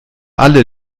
alle